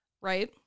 Right